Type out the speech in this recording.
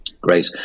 Great